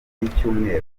z’icyumweru